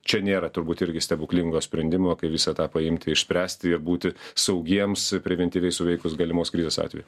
čia nėra turbūt irgi stebuklingo sprendimo kaip visą tą paimti išspręsti ir būti saugiems preventyviai suveikus galimos krizės atveju